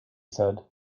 said